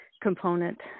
component